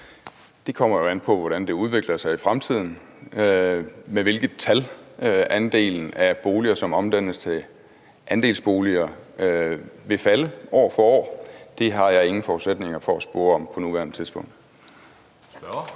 Det kommer an på, hvordan det udvikler sig i fremtiden, altså med hvilket tal andelen af boliger, som omdannes til andelsboliger, vil falde år for år. Det har jeg ingen forudsætninger for at kunne spå om på nuværende tidspunkt.